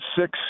six